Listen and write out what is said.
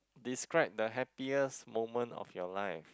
describe the happiest moment of your life